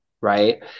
right